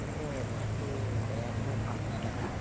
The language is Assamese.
এনেকৈ বস্তুটো বেয়া আহিলে ভাল নালাগে নহয়